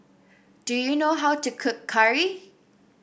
do you know how to cook curry